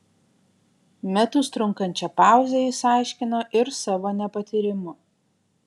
metus trunkančią pauzę jis aiškino ir savo nepatyrimu